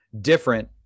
different